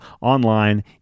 online